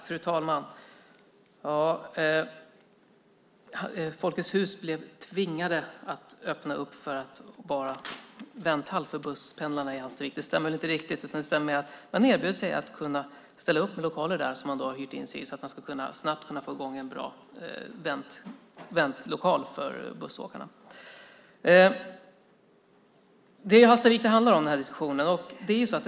Fru talman! Att Folkets Hus var tvunget att öppna en vänthall för busspendlarna i Hallstavik stämmer väl inte riktigt. Däremot stämmer det att man erbjöd sig att ställa upp med de lokaler som man hyrde för att det snabbt skulle gå att få i gång en bra väntlokal för dem som åker buss. Den här diskussionen handlar om Hallstavik.